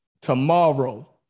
tomorrow